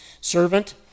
servant